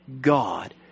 God